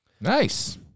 Nice